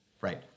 Right